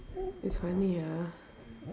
it's funny ah